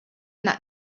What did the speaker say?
that